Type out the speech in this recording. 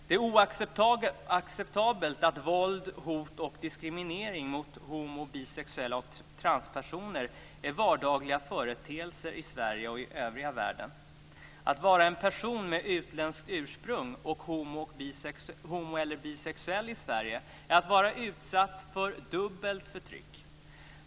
Det är oacceptabelt att våld, hot och diskriminering mot homo och bisexuella och transpersoner är vardagliga företeelser i Sverige och i övriga världen. Att vara en person med utländskt ursprung och homoeller bisexuell i Sverige är att vara utsatt för dubbelt förtryck.